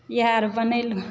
इएह अर बनेलहुँ